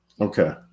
Okay